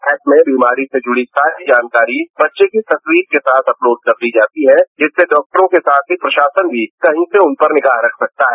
app में बीमारी से जुड़ी सारी जानकारी बच्चों की तस्वीर के साथ अपलोड कर दी जाती है जिससे डॉक्टरों के साथ भी प्रशासन भी कहीं से उन पर निगाह रख सकता है